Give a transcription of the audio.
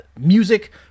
music